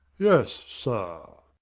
yes, sir.